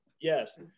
Yes